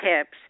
tips